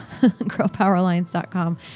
girlpoweralliance.com